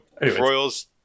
Royals